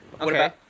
Okay